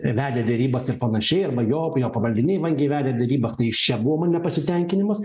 vedė derybas ir panašiai arba jo jo pavaldiniai vangiai vedė derybas tai iš čia buvo nepasitenkinimas